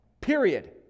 period